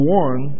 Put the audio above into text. one